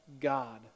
God